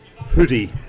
Hoodie